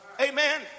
amen